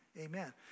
Amen